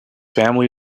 family